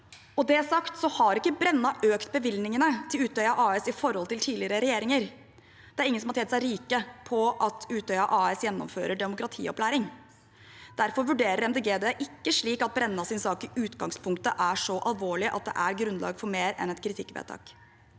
det er sagt, har ikke Brenna økt bevilgningene til Utøya AS i forhold til tidligere regjeringer. Det er ingen som har tjent seg rike på at Utøya AS gjennomfører demokratiopplæring. Derfor vurderer Miljøpartiet De Grønne det ikke slik at Brennas sak i ut gangspunktet er så alvorlig at det er grunnlag for mer enn et kritikkvedtak.